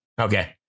Okay